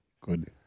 Good